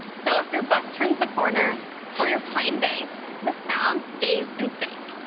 so if your bus turns the corner or your plane banks, the sound stays in sync.